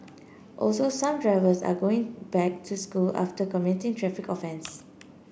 also some drivers are going back to school after committing traffic offence